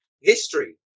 history